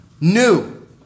new